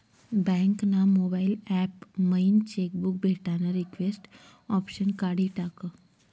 bank ना mobile app मयीन cheque book भेटानं रिक्वेस्ट ऑप्शन काढी टाकं